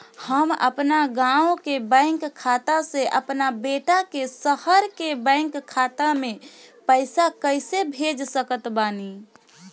हम अपना गाँव के बैंक खाता से अपना बेटा के शहर के बैंक खाता मे पैसा कैसे भेज सकत बानी?